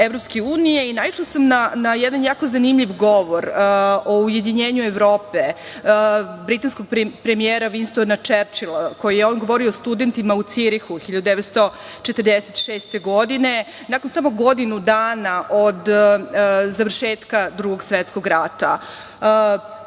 i naišla sam na jedan jako zanimljiv govor o ujedinjenju Evrope britanskog premijera Vinstona Čerčila koji je govorio studentima u Cirihu 1946. godine, nakon samo godinu dana od završetka Drugog svetskog